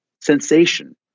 sensation